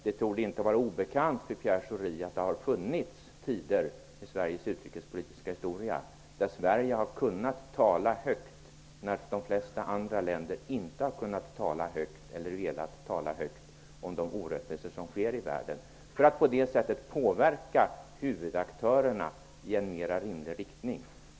Det torde inte vara obekant för Pierre Schori att det har funnits tider i Sveriges utrikespolitiska historia då Sverige har kunnat tala högt när de flesta andra länder inte har kunnat eller velat tala högt om de orättvisor som finns i världen. På det sättet kan man påverka huvudaktörerna i en mer rimlig riktning.